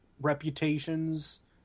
reputations